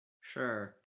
sure